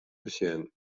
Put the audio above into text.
besjen